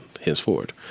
henceforward